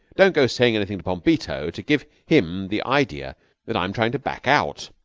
don't go saying anything to bombito to give him the idea that i'm trying to back out.